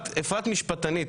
אפרת משפטנית,